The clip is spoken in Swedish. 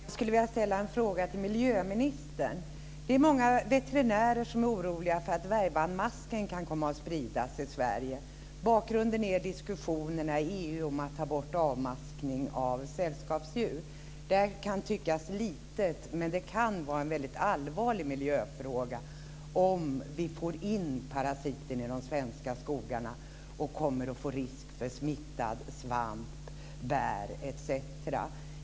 Fru talman! Jag skulle vilja ställa en fråga till miljöministern. Det är många veterinärer som är oroliga för att dvärgbandmasken kan komma att spridas i Sverige. Bakgrunden är diskussionerna i EU om att ta bort avmaskning av sällskapsdjur. Detta kan tyckas som en liten fråga, men det kan vara en väldigt allvarlig miljöfråga om vi får in parasiten i de svenska skogarna och riskerar att få smittad svamp, smittade bär etc.